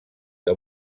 que